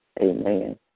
Amen